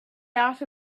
out